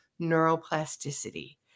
neuroplasticity